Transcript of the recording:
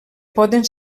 poden